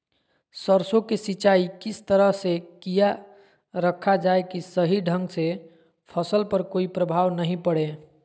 सरसों के सिंचाई किस तरह से किया रखा जाए कि सही ढंग से फसल पर कोई प्रभाव नहीं पड़े?